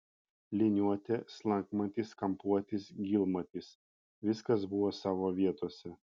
liniuotė slankmatis kampuotis gylmatis viskas buvo savo vietose